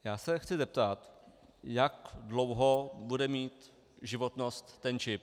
Já se chci zeptat, jak dlouho bude mít životnost ten čip.